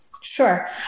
Sure